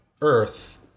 earth